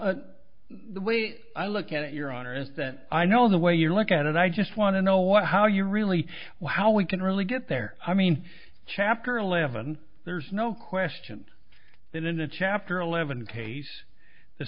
well the way i look at it your honor is that i know the way you look at it i just want to know what how you really why we can really get there i mean chapter eleven there's no question that in a chapter eleven case the